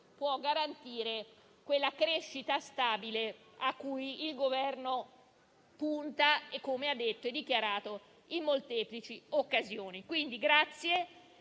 può garantire quella crescita stabile a cui il Governo punta, come ha dichiarato in molteplici occasioni. Ringrazio